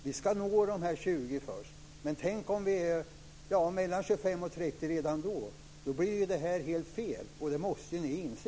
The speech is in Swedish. Vi ska nå dessa 20 % först. Men tänk om vi är mellan 25 % och 30 % redan då? Då blir ju det här helt fel. Det måste ni inse.